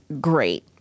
great